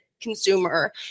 consumer